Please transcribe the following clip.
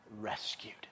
rescued